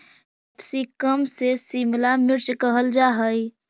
capsicum के शिमला मिर्च कहल जा हइ